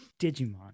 Digimon